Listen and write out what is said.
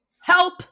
Help